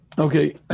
Okay